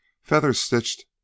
Feather-stitched